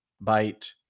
bite